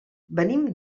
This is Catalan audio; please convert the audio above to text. venim